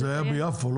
זה היה ביפו.